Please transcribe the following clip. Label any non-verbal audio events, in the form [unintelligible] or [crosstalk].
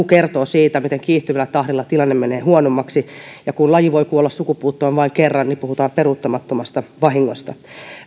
[unintelligible] kertoo siitä miten kiihtyvällä tahdilla tilanne menee huonommaksi ja kun laji voi kuolla sukupuuttoon vain kerran niin puhutaan peruuttamattomasta vahingosta